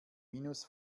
minus